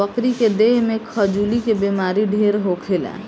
बकरी के देह में खजुली के बेमारी ढेर होखेला